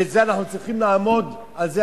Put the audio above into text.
ואנחנו צריכים לעמוד על זה,